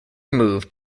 moved